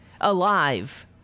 alive